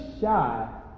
shy